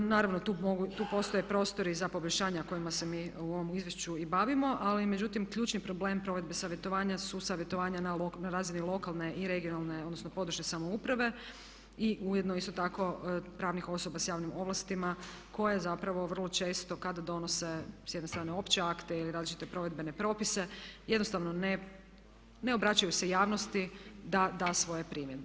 Naravno tu postoje prostori za poboljšanje o kojima se i mi u ovom izvješću i bavimo ali međutim ključni problem provedbe savjetovanja su savjetovanja na razini lokalne i regionalne odnosno područne samouprave i ujedno isto tako pravnih osoba s javnim ovlastima koje zapravo vrlo često kad donose s jedne strane opće akte i različite provedbene propise jednostavno ne obraćaju se javnosti da da svoje primjedbe.